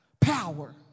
power